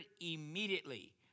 immediately